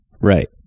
right